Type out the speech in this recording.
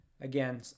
again